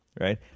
Right